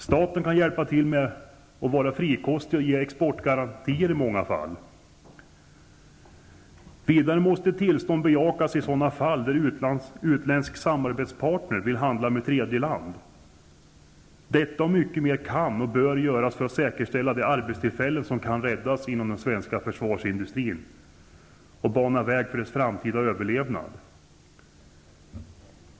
Staten kan i många fall hjälpa till genom att vara frikostig och ge exportbidrag. Vidare måste tillstånd medges i sådana fall där utländsk samarbetspartner vill handla med tredje land. Detta och mycket mer kan och bör göras för att man skall kunna säkerställa de arbetstillfällen som kan räddas inom den svenska försvarsmaterielindustrin och för att bana väg för dess framtida överlevnad.